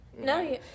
No